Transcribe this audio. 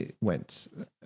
went